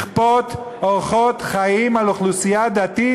לכפות אורחות חיים על אוכלוסייה דתית,